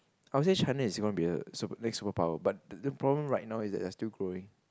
I would say China is gonna be the the next world power but the problem right now is that they are still growing